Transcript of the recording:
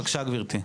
בבקשה גברתי.